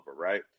right